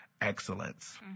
excellence